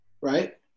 right